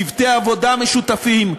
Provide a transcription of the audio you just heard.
צוותי עבודה משותפים,